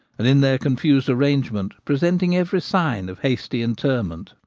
and in their con fused arrangement presenting every sign of hasty in terment,